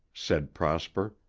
said prosper.